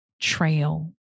trail